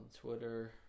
twitter